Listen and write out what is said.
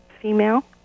female